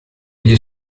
gli